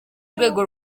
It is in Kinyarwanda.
rwego